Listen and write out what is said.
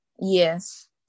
yes